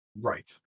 right